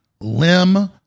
limb